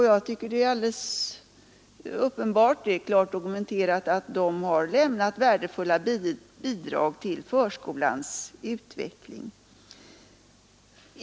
Jag tycker det är alldeles uppenbart och klart dokumenterat att de har lämnat värdefulla bidrag till förskolans utveckling.